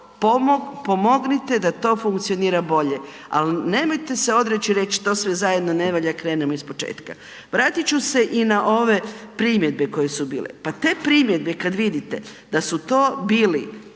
pomognite da to funkcionira bolje, ali nemojte se odreći i reći to sve zajedno ne valja krenemo iz početka. Vratit ću se i na ove primjedbe koje su bile, pa te primjedbe kada vidite da su to bili